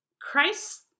Christ